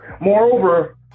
moreover